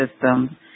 system